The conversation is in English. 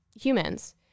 humans